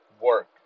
work